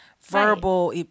verbal